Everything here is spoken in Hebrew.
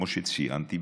כמו שציינתי,